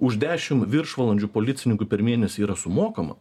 už dešim viršvalandžių policininkui per mėnesį yra sumokama